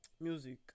Music